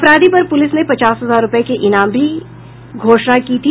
अपराधी पर पूलिस ने पचास हजार रूपये के इनाम भी घोषणा की थी